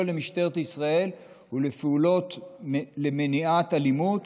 למשטרת ישראל בפעולות למניעת אלימות,